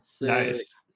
Nice